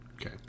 okay